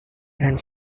and